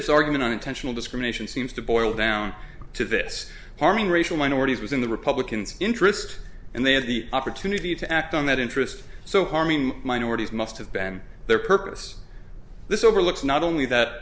on intentional discrimination seems to boil down to this harming racial minorities was in the republicans interest and they had the opportunity to act on that interest so harming minorities must have been their purpose this overlooks not only that